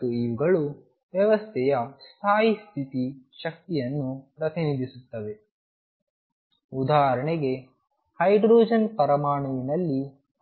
ಮತ್ತು ಇವುಗಳು ವ್ಯವಸ್ಥೆಯ ಸ್ಥಾಯಿ ಸ್ಥಿತಿಯ ಶಕ್ತಿಯನ್ನು ಪ್ರತಿನಿಧಿಸುತ್ತವೆ ಉದಾಹರಣೆಗೆ ಹೈಡ್ರೋಜನ್ ಪರಮಾಣುವಿನಲ್ಲಿ